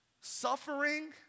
Suffering